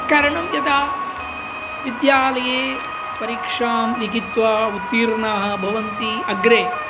कारणं यदा विद्यालये परीक्षां लिखित्वा उत्तीर्णाः भवन्ति अग्रे